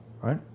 Right